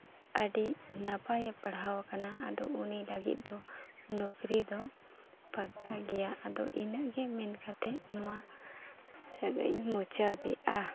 ᱟᱹᱰᱤ ᱱᱟᱯᱟᱭᱮ ᱯᱟᱲᱦᱟᱣᱟᱠᱟᱱᱟ ᱟᱫᱚ ᱩᱱᱤ ᱞᱟᱹᱜᱤᱫ ᱫᱚ ᱱᱩᱠᱨᱤ ᱫᱚ ᱯᱟᱠᱟ ᱜᱮᱭᱟ ᱟᱫᱚ ᱤᱱᱟᱹᱜ ᱜᱮ ᱢᱮᱱ ᱠᱟᱛᱮᱫ ᱱᱚᱣᱟ ᱥᱮᱫᱽᱤᱧ ᱢᱩᱪᱟᱹᱫᱮᱜᱼᱟ